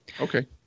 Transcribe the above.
okay